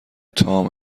تام